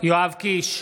יואב קיש,